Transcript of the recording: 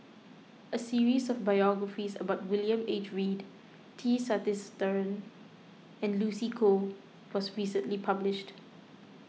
a series of biographies about William H Read T Sasitharan and Lucy Koh was recently published